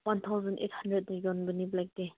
one thousand eight ꯍꯟꯗ꯭ꯔꯦꯗꯇ ꯌꯣꯟꯕꯅꯤ ꯕ꯭ꯂꯦꯛꯇꯤ